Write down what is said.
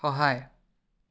সহায়